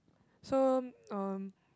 so um